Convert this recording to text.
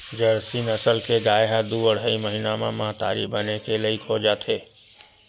Jersey नसल के गाय ह दू अड़हई महिना म महतारी बने के लइक हो जाथे